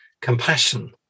compassion